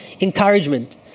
encouragement